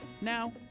Now